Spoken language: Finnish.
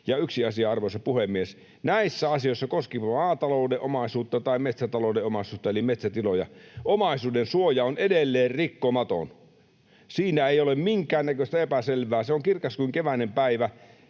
Ja yksi asia, arvoisa puhemies: Näissä asioissa, koskien maatalouden omaisuutta tai metsätalouden omaisuutta eli metsätiloja, omaisuudensuoja on edelleen rikkomaton. Siitä ei ole minkäännäköistä epäselvyyttä. Se on kirkas kuin keväinen päivä.